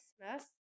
Christmas